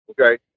okay